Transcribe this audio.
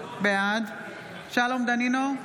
בעד שלום דנינו,